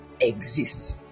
exists